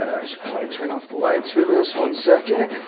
i should probably turn off the lights for this one second.